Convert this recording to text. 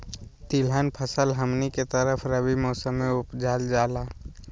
तिलहन फसल हमनी के तरफ रबी मौसम में उपजाल जाला